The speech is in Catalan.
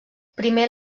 primer